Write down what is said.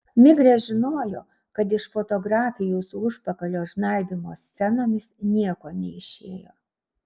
miglė žinojo kad iš fotografijų su užpakalio žnaibymo scenomis nieko neišėjo